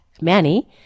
Manny